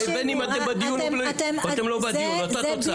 בין אתם בדיון ובין אם אתם לא בדיון, אותה תוצאה.